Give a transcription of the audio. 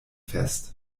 fest